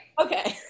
Okay